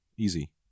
Easy